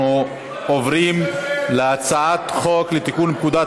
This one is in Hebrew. אנחנו עוברים להצבעה על הצעת חוק לתיקון פקודת